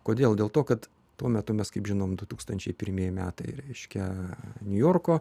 kodėl dėl to kad tuo metu mes kaip žinome du tūkstančiai pirmieji metai reiškia niujorko